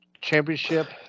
championship